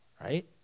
right